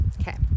Okay